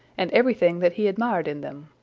and everything that he admired in them.